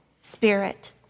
spirit